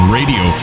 Radio